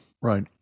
right